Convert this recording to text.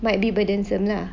might be burdensome lah